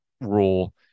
rule